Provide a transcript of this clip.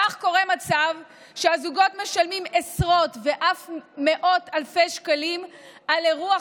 כך קורה מצב שהזוגות משלמים עשרות ואף מאות אלפי שקלים על אירוע,